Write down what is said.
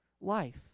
life